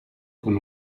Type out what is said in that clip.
con